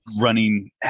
running